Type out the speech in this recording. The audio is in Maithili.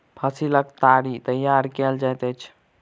फसीलक ताड़ी तैयार कएल जाइत अछि